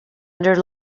under